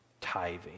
tithing